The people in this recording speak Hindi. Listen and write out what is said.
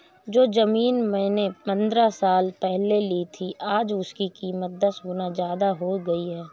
जो जमीन मैंने पंद्रह साल पहले ली थी, आज उसकी कीमत दस गुना जादा हो गई है